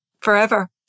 forever